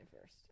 first